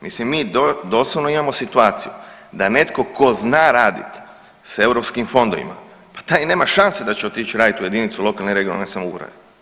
Mislim mi doslovno imamo situaciju da netko tko zna raditi sa europskim fondovima, pa taj nema šanse da će otić raditi u jedinicu lokalne i regionalne samouprave.